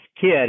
kid